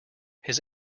his